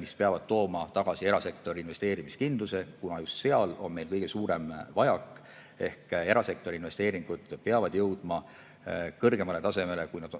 mis peavad tooma tagasi erasektori investeerimiskindluse, kuna just seal on meil kõige suurem vajak. Erasektori investeeringud peavad jõudma kõrgemale tasemele, kui nad